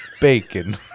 bacon